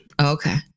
Okay